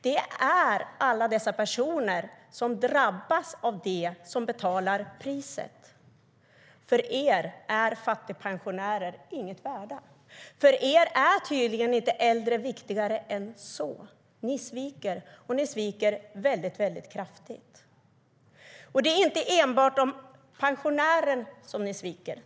Det är alla dessa personer som drabbas av det som betalar priset. Det är inte enbart pensionärer som ni sviker.